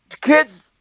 kids